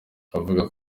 avuga